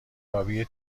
آبی